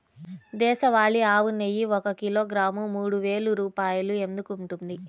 దేశవాళీ ఆవు నెయ్యి ఒక కిలోగ్రాము మూడు వేలు రూపాయలు ఎందుకు ఉంటుంది?